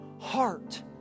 heart